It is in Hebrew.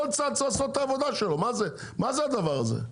כל צד צריך לעשות את העבודה שלו, מה זה הדבר הזה?